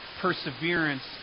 perseverance